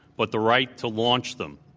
but the right to launch them.